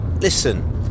listen